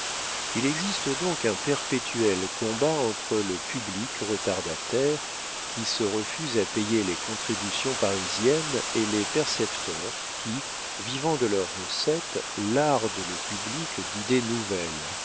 il existe donc un perpétuel combat entre le public retardataire qui se refuse à payer les contributions parisiennes et les percepteurs qui vivant de leurs recettes lardent le public d'idées nouvelles